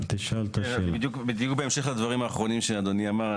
בדיוק בהמשך לדברים האחרונים שאדוני אמר,